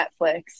Netflix